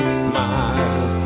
smile